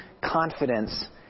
confidence